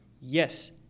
yes